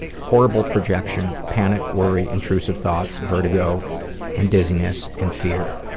horrible projection, panic, worry, intrusive thoughts, vertigo and dizziness, and fear.